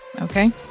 okay